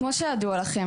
כמו שאמרתי,